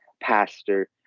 pastor